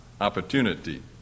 opportunity